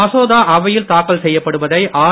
மசோதா அவையில் தாக்கல் செய்யப்படுவதை ஆர்